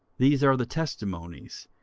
these are the testimonies,